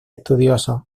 estudiosos